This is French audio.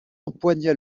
empoigna